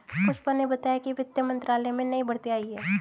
पुष्पा ने बताया कि वित्त मंत्रालय में नई भर्ती आई है